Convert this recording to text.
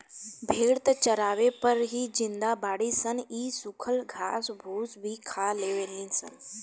भेड़ त चारवे पर ही जिंदा बाड़ी सन इ सुखल घास फूस भी खा लेवे ली सन